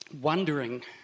wondering